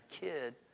kid